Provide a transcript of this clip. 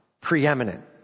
Preeminent